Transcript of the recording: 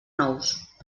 nous